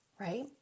right